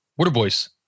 Waterboys